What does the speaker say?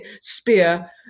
spear